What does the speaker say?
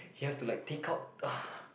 you have to like take out